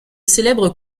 célèbre